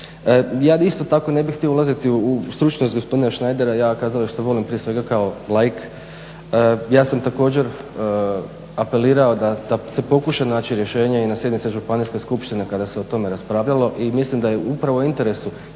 Ja isto tako ne bih htio ulaziti u stručnost gospodina Šnajdera, ja kazalište volim prije svega kao laik. Ja sam također apelirao da se pokuša naći rješenje i na sjednici županijske skupštine kada se o tome raspravljalo i mislim da je upravo u interesu